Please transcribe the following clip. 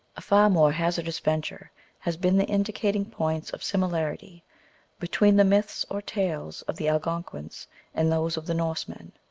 a far more hazardous venture has been the indicat ing points of similarity between the myths or tales of the algonquins and those of the norsemen,